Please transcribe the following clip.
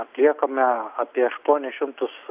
atliekame apie aštuonis šimtus